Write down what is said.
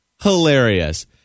hilarious